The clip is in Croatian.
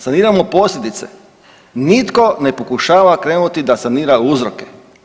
Saniramo posljedice, nitko ne pokušava krenuti da sanira uzroke.